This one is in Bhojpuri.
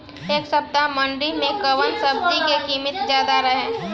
एह सप्ताह मंडी में कउन सब्जी के कीमत ज्यादा रहे?